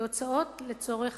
כהוצאות לצורך